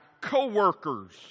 co-workers